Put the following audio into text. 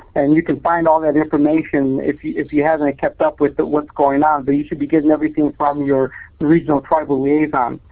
and you can find all that information if you if you haven't kept up with what's going on, but you should be getting everything from your regional tribal liaison.